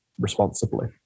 responsibly